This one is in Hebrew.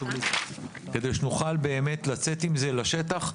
כדי שנוכל באמת לצאת עם זה לשטח,